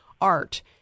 Art